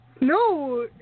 No